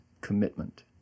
commitment